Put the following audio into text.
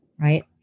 right